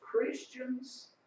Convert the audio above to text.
Christians